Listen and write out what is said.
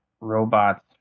robots